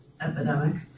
epidemic